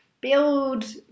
build